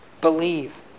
Believe